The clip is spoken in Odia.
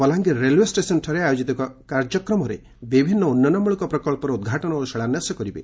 ବଲାଙ୍ଗିର ରେଲଓ୍ୱେ ଷେସନ୍ଠାରେ ଆୟୋକିତ କାର୍ଯ୍ୟକ୍ରମରେ ବିଭିନ୍ତ ଉନୁୟନମୂଳକ ପ୍ରକବ୍ବର ଉଦ୍ଘାଟନ ଓ ଶିଳାନ୍ୟାସ କରିବେ